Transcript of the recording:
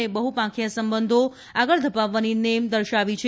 અને બહુપાંખીયા સંબંધો આગળ ધપાવવાની નેમ દર્શાવી છે